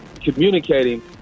communicating